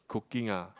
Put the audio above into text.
cooking ah